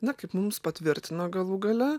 na kaip mums patvirtino galų gale